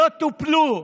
לא טופלו,